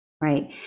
right